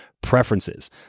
preferences